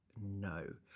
no